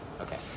Okay